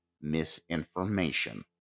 misinformation